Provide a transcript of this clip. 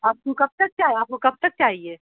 آپ کو کب تک چاہے آپ کو کب تک چاہیے